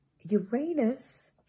Uranus